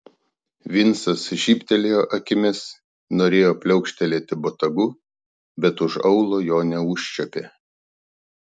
vincas žybtelėjo akimis norėjo pliaukštelėti botagu bet už aulo jo neužčiuopė